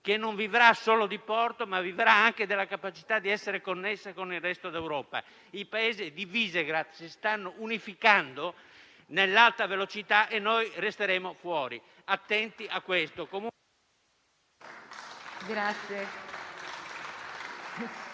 che vivrà non solo di porto, ma anche della capacità di essere connessa con il resto d'Europa. I Paesi di Visegrád si stanno unificando nell'Alta velocità, mentre noi resteremo fuori. Attenti a questo...